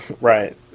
Right